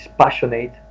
passionate